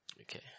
Okay